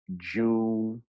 June